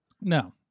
No